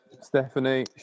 Stephanie